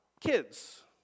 kids